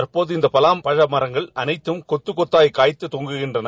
தற்போது இந்த பலாப்படி மரங்கள் அனைத்தம் கொத்துக்கொத்தாய் காய்த்து தொங்குகின்றன